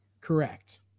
Correct